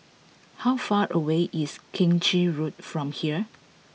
how far away is Keng Chin Road from here